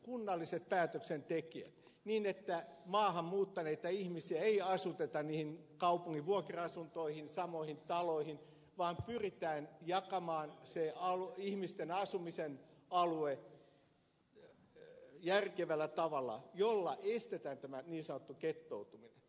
kunnalliset päätöksentekijät niin että maahan muuttaneita ihmisiä ei asuteta niihin kaupungin vuokra asuntoihin samoihin taloihin vaan pyritään jakamaan se ihmisten asumisen alue järkevällä tavalla jolla estetään tämä niin sanottu gettoutuminen